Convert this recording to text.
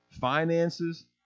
Finances